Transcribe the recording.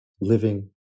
living